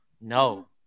No